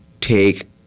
take